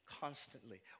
constantly